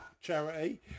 charity